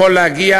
יכולה להגיע